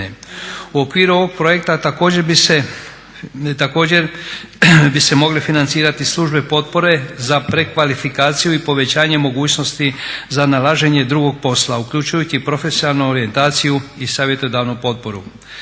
U okviru ovog projekta također bi se mogle financirati službe potpore za pretkvalifikaciju i povećanje mogućnosti za nalaženje drugog posla uključujući i profesionalnu orijentaciju i savjetodavnu potporu.